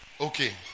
Okay